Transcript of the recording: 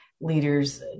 leaders